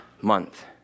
month